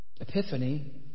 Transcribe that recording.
Epiphany